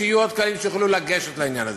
שיהיו עוד קהלים שיוכלו לגשת לעניין הזה.